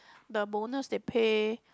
the bonus they pay